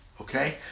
okay